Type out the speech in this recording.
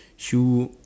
shoe